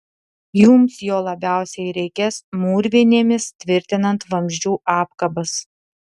jums jo labiausiai reikės mūrvinėmis tvirtinant vamzdžių apkabas